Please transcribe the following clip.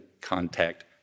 contact